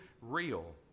real